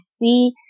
see